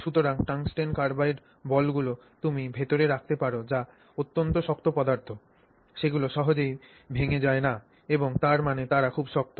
সুতরাং tungsten carbide বলগুলি তুমি ভেতরে রাখতে পার যা অত্যন্ত শক্ত পদার্থ সেগুলি সহজেই ভেঙে যায় না এবং তার মানে তারা খুব শক্ত